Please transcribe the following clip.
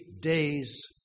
days